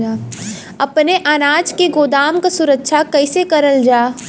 अपने अनाज के गोदाम क सुरक्षा कइसे करल जा?